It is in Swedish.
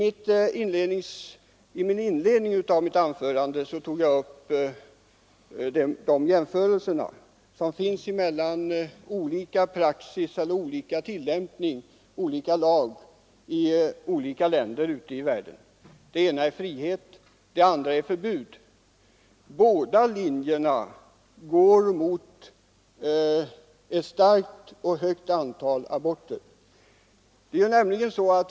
I inledningen till mitt förra anförande tog jag upp de jämförelser som kan göras mellan olika praxis och olika tillämpning av skilda lagstiftningar i olika länder ute i världen. Den ena linjen är frihet, den andra är förbud. Båda linjerna går mot ett mycket stort antal aborter.